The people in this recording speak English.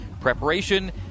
Preparation